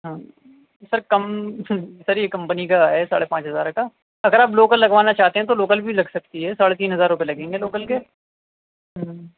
ہاں سر کم سر یہ کمپنی کا ہے ساڑھے پانچ ہزار کا اگر آپ لوکل لگوانا چاہتے ہیں تو لوکل بھی لگ سکتی ہے ساڑھے تین ہزار روپیے لگیں گے لوکل کے